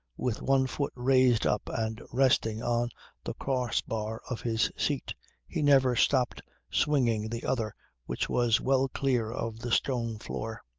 with one foot raised up and resting on the cross-bar of his seat he never stopped swinging the other which was well clear of the stone floor.